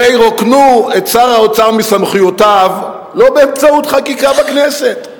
הרי רוקנו את שר האוצר מסמכויותיו לא באמצעות חקיקה בכנסת.